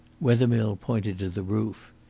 wethermill pointed to the roof.